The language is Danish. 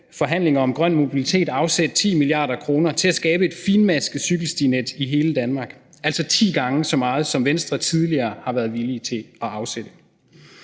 forhandlinger om grøn mobilitet afsætte 10 mia. kr. til at skabe et finmasket cykelstinet i hele Danmark, altså ti gange så meget, som Venstre tidligere har været villige til at afsætte.